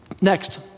Next